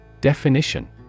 Definition